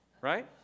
right